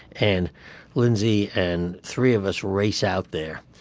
and lindsay and three of us race out there,